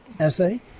essay